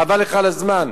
חבל לך על הזמן.